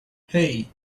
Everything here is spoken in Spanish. hey